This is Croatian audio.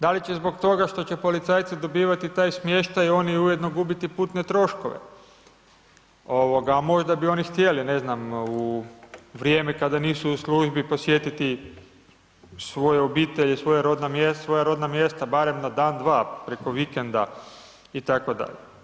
Da li će zbog toga što će policajci dobivati taj smještaj oni ujedno gubiti putne troškove ovoga, a možda bi oni htjeli ne znam u vrijeme kada nisu u službi posjetiti svoju obitelj i svoja rodna mjesta barem na dan, dva preko vikenda itd.